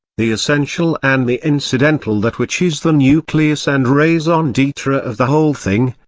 the essential and the incidental that which is the nucleus and raison d'etre of the whole thing,